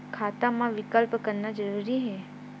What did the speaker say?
खाता मा विकल्प करना जरूरी है?